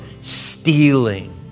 stealing